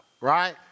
right